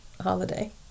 holiday